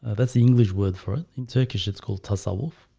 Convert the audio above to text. that's the english word for it in turkish. it's called tassel wolf.